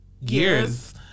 years